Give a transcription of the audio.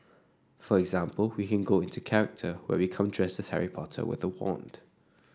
for example we can go into character where we come dresses Harry Potter with a wand